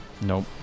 Nope